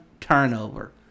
turnover